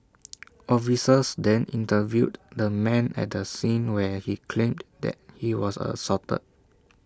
officers then interviewed the man at the scene where he claimed that he was assaulted